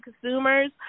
consumers